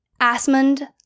Asmund